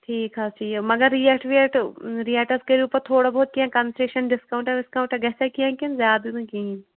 ٹھیٖک حظ چھُ یہِ مگر ریٹ ویٹ ریٹَس کٔرِو پتہٕ تھوڑا بہت کیٚنٛہہ کَنسیشن ڈِسکاوُنٛٹا وِسکاوُنٛٹا گَژھیٛا کیٚنٛہہ کِنہٕ زیادٕ نہٕ کِہیٖنٛۍ